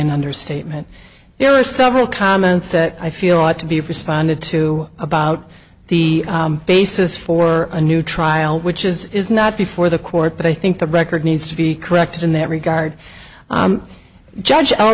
an understatement there are several comments that i feel i ought to be responded to about the basis for a new trial which is not before the court but i think the record needs to be corrected in that regard judge